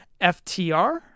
FTR